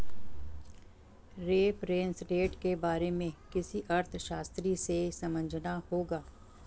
reference rate के बारे में किसी अर्थशास्त्री से समझना होगा